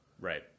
Right